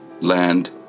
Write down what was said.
land